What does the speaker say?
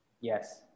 Yes